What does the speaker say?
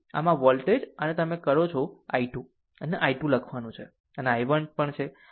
આમ આ વોલ્ટેજ આને તમે કરો છો કે i 2 અને i 2 લખવાનું છે અને i 1 પણ છે